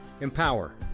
Empower